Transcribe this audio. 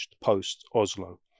post-Oslo